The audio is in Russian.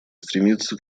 стремиться